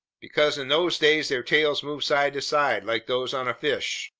because in those days their tails moved side to side, like those on fish,